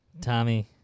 Tommy